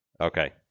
Okay